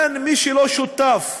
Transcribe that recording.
ולכן, מי שלא שותף לקואליציה,